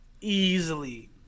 Easily